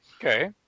Okay